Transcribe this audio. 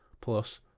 plus